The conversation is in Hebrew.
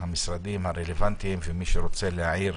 המשרדים הרלוונטיים, מי שרוצה להעיר,